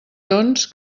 doncs